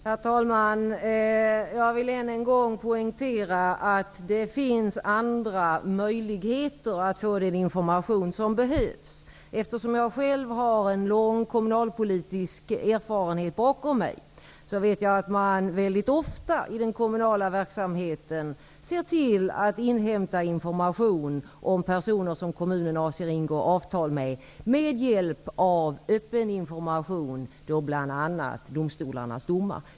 Herr talman! Jag vill än en gång poängtera att det finns andra möjligheter att få den information som behövs. Eftersom jag själv har en lång kommunalpolitisk erfarenhet bakom mig vet jag att man mycket ofta i den kommunala verksamheten ser till att inhämta information om personer med vilka kommunen avser ingå avtal med hjälp av öppen information -- bl.a. domstolarnas domar.